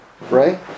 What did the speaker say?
right